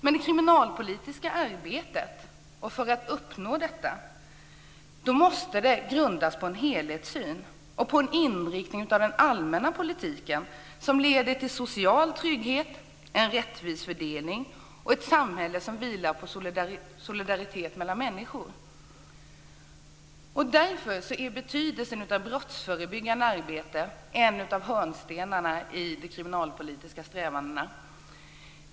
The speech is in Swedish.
Men det kriminalpolitiska arbetet måste, för att man ska uppnå detta, grundas på en helhetssyn och på en inriktning av den allmänna politiken som leder till en social trygghet, en rättvis fördelning och ett samhälle som vilar på solidaritet mellan människor. Därför är det brottsförebyggande arbetet en av hörnstenarna i de kriminalpolitiska strävandena.